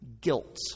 guilt